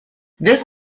this